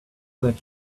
that